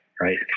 right